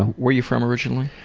where are you from originally?